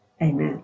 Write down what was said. amen